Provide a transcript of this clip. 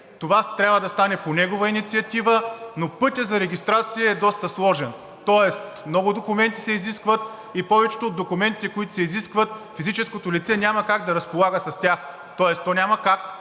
Това трябва да стане по негова инициатива, но пътят за регистрация е доста сложен – изискват се много документи, а с повечето от документите, които се изискват, физическото лице няма как да разполага. Тоест то няма как